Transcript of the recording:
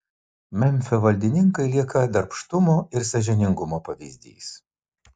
memfio valdininkai lieka darbštumo ir sąžiningumo pavyzdys